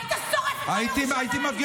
היית שורף את כל ירושלים.